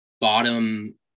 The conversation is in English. bottom